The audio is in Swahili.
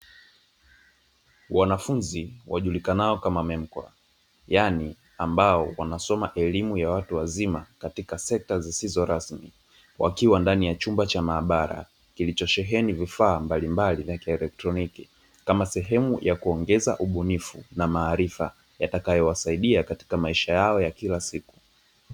Wanafunzi wajulikanao kama "MEMKWA" yaani ambao wanasoma elimu ya watu wazima katika sekta zisizo rasmi, wakiwa ndani ya chumba cha maabara kilichosheheni vifaa mbalimbali vya elektroniki kama sehemu ya kuongeza ubunifu na maarifa yatakayowasaidia katika maisha yao ya kila siku.